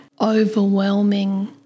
overwhelming